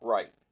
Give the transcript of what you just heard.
Right